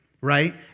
right